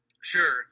Sure